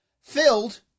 filled